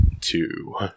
two